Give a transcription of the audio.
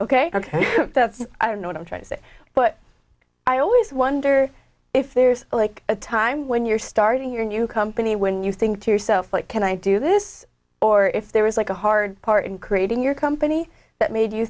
that's i don't know what i'm trying to say but i always wonder if there's like a time when you're starting your new company when you think to yourself what can i do this or if there is like a hard part in creating your company that made you